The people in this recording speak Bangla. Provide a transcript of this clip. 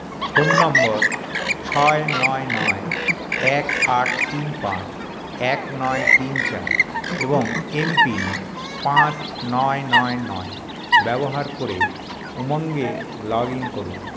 ফোন নম্বর ছয় নয় নয় এক আট তিন পাঁচ এক নয় তিন চার এবং এম পিন পাঁচ নয় নয় নয় ব্যবহার করে উমঙ্ এ লগ ইন করুন